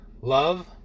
love